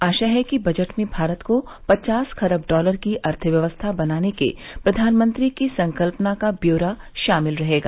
आशा है कि बजट में भारत को पचास खरब डॉलर की अर्थव्यवस्था बनाने के प्रधानमंत्री की संकल्पना का ब्योरा शामिल रहेगा